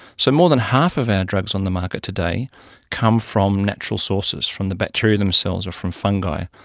so more than half of our drugs on the market today come from natural sources, from the bacteria themselves or from fungi.